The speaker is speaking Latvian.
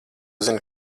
zini